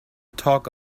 talk